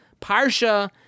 Parsha